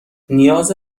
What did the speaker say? نیاز